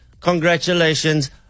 Congratulations